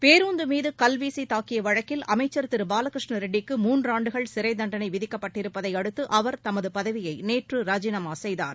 பேருந்து மீது கல் வீசி தாக்கிய வழக்கில் அமைச்சர் திரு பாலகிருஷ்ண ரெட்டிக்கு மூன்றாண்டுகள் சிறைத்தண்டனை விதிக்கப்பட்டிருப்பதை அடுத்து அவர் தமது பதவியை நேற்று ராஜினாமா செய்தார்